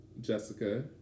Jessica